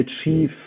achieve